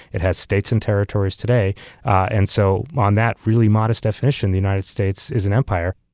it has states and territories today and so on that really modest definition, the united states is an empire.